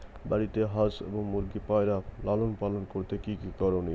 বাড়িতে হাঁস এবং মুরগি ও পায়রা লালন পালন করতে কী কী করণীয়?